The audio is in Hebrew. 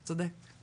צודק.